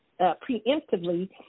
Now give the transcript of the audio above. preemptively